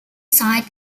side